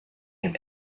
have